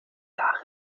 darin